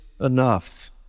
enough